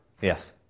yes